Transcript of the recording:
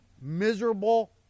miserable